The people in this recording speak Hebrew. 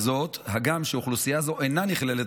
וזאת הגם שאוכלוסייה זו אינה נכללת,